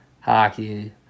hockey